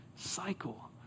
cycle